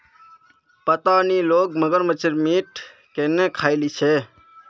पता नी लोग मगरमच्छेर मीट केन न खइ ली छेक